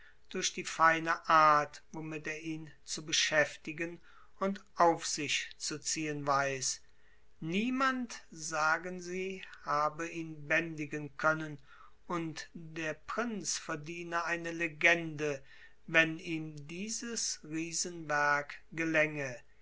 durch die feine art womit er ihn zu beschäftigen und auf sich zu ziehen weiß niemand sagen sie habe ihn bändigen können und der prinz verdiene eine legende wenn ihm dieses riesenwerk gelänge